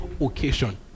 occasion